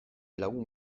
lagun